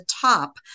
top